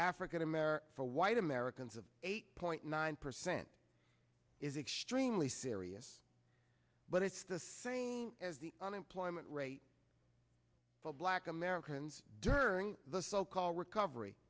african americans for white americans of eight point nine percent is extremely serious but it's the same as the unemployment rate for black americans during the so called recovery